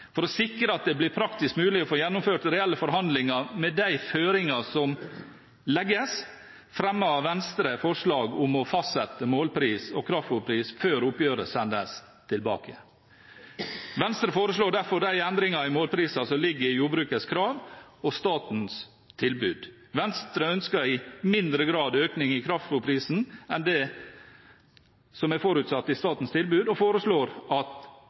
For å sikre at det blir praktisk mulig å få gjennomført reelle forhandlinger med de føringer som legges, fremmer Venstre forslag om å fastsette målpris og kraftfôrpris før oppgjøret sendes tilbake. Venstre foreslår derfor de endringer i målpriser som ligger i jordbrukets krav og statens tilbud. Venstre ønsker i mindre grad økning i kraftfôrprisen enn det som er forutsatt i statens tilbud, og foreslår at prisnedskrivingstilskuddet til norsk korn videreføres med uendrede satser, og at